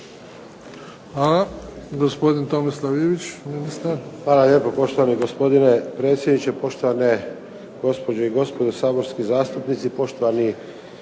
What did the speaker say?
Hvala. Gospodin Tomislav Ivić, ministar. **Ivić, Tomislav (HDZ)** Hvala lijepo poštovani gospodine predsjedniče, poštovane gospođe i gospodo saborski zastupnici, poštovani